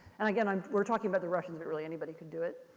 and again, um we're talking about the russians, but really anybody could do it,